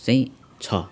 चाहिँ छ